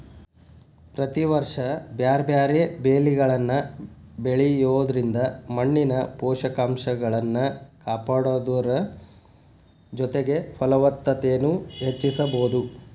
ಪ್ರತಿ ವರ್ಷ ಬ್ಯಾರ್ಬ್ಯಾರೇ ಬೇಲಿಗಳನ್ನ ಬೆಳಿಯೋದ್ರಿಂದ ಮಣ್ಣಿನ ಪೋಷಕಂಶಗಳನ್ನ ಕಾಪಾಡೋದರ ಜೊತೆಗೆ ಫಲವತ್ತತೆನು ಹೆಚ್ಚಿಸಬೋದು